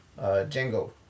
Django